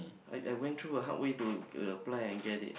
I I went through a hard way to apply and get it